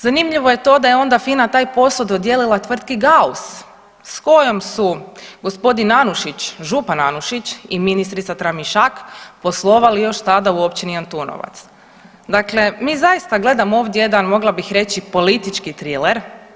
Zanimljivo je to da je onda FINA taj posao dodijelila tvrtki GAUS s kojom su g. Anušić župan Anušić i ministrica Tramišak poslovali još tada u općini Antunovac, dakle mi zaista gledamo ovdje jedan mogla bih reći politički triler.